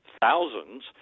thousands